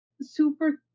super